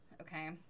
Okay